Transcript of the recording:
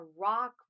rock